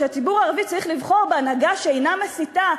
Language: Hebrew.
שהציבור הערבי צריך לבחור בהנהגה שאינה מסיתה,